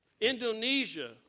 Indonesia